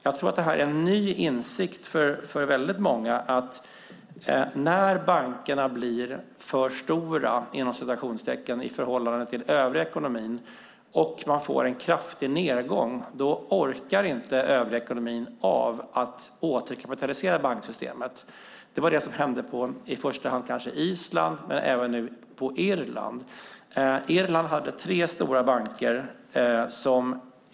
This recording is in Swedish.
Jag tror att det är en ny insikt för många att när bankerna blir för stora i förhållande till den övriga ekonomin och man får en kraftig nedgång orkar inte den övriga ekonomin återkapitalisera banksystemet. Det var vad som hände först på Island och nu även på Irland. Irland hade tre stora banker.